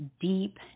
deep